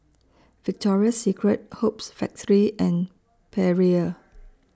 Victoria Secret Hoops Factory and Perrier